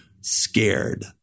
scared